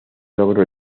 logró